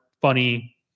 funny